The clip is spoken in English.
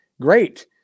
Great